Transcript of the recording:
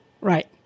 Right